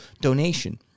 donation